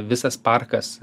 visas parkas